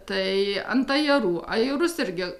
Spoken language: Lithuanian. tai ant ajerų ajerus irgi